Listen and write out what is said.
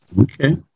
Okay